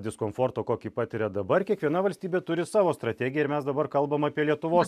diskomforto kokį patiria dabar kiekviena valstybė turi savo strategiją ir mes dabar kalbam apie lietuvos